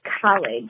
college